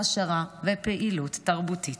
העשרה ופעילות תרבותית.